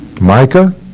Micah